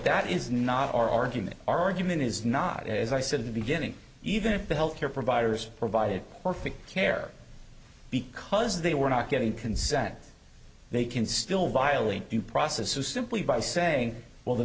that is not our argument our argument is not as i said in the beginning even if the health care providers provided perfect care because they were not getting consent they can still violent due process or simply by saying well the